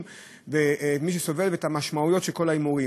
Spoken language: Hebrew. ומי שסובל מהמשמעויות של כל ההימורים.